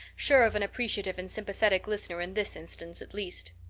sure of an appreciative and sympathetic listener in this instance at least.